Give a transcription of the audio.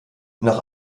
nach